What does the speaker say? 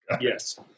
Yes